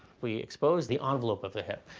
we exposed the envelope of the hip.